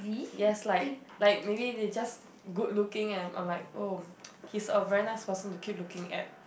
yes like like maybe they just good looking at oh is a very nice person to keep looking at